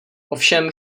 ovšem